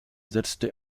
setzte